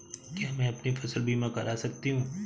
क्या मैं अपनी फसल बीमा करा सकती हूँ?